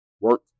Work